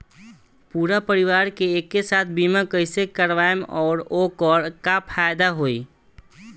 पूरा परिवार के एके साथे बीमा कईसे करवाएम और ओकर का फायदा होई?